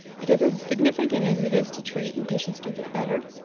because as significant as it is to treat and patients do get better,